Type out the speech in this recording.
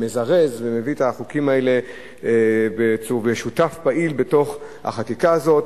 מזרז ומביא את החוקים האלה ושותף פעיל לחקיקה הזאת.